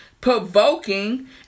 provoking